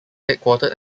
headquartered